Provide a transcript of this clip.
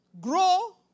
Grow